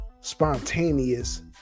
spontaneous